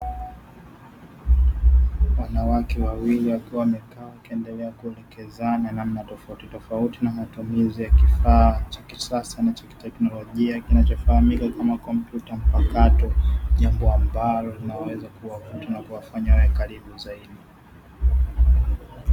Wanawake wawili wakiwa amekaa wakiendelea kuelekezana namna tofauti tofauti na matumizi ya kifaa cha kisasa na cha kiteknolojia kinachofahamika kama kompyuta mpakato, jambo ambalo linaweza kuwafanya wawe karibu zaidi.